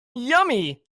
yummy